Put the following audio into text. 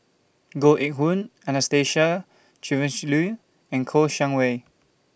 Koh Eng Hoon Anastasia Tjendri Liew and Kouo Shang Wei